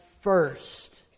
first